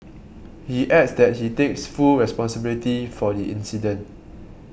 he adds that he takes full responsibility for the incident